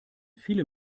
viele